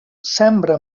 sembra